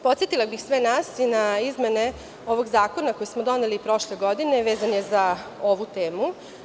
Podsetila bih sve nas i na izmene ovog zakona koji smo doneli prošle godine, vezan jeza ovu temu.